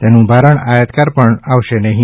તેનું ભારણ આયાતકાર પર આવશે નહિ